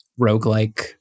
roguelike